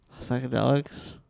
psychedelics